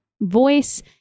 voice